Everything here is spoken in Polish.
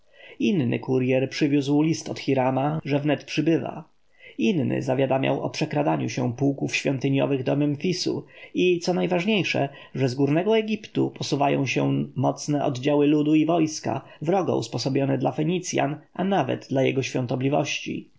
inny kurjer przywiózł list od hirama że wnet przybywa inny zawiadamiał o przekradaniu się pułków świątyniowych do memfisu i co ważniejsze że z górnego egiptu posuwają się mocne oddziały ludu i wojska wrogo usposobione dla fenicjan a nawet dla jego świątobliwości